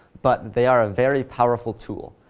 but they are a very powerful tool.